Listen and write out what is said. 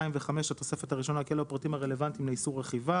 ו-5 לתוספת הראשונה כי אלה הפרטים הרלוונטיים לאיסור רכיבה